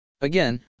Again